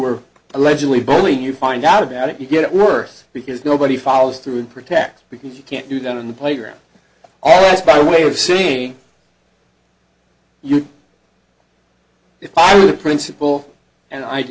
are allegedly bully you find out about it you get worse because nobody follows through and protect because you can't do that in the playground all is by way of seeing you if i were the principal and i